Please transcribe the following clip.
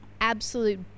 absolute